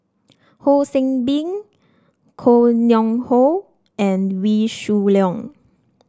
Ho See Beng Koh Nguang How and Wee Shoo Leong